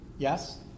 Yes